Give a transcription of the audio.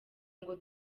ngo